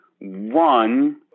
one